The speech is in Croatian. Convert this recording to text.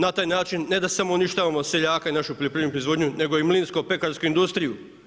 Na taj način ne da samo uništavamo seljaka i našu poljoprivrednu proizvodnju, nego i mlinsko-pekarsku industriju.